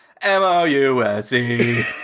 M-O-U-S-E